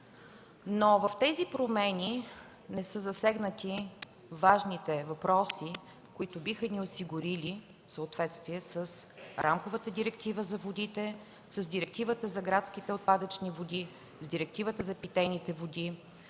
Но в тези промени не са засегнати важните въпроси, които биха ни осигурили съответствие с рамковата директива за водите, с директивата за градските отпадъчни води, с директивата за питейните води,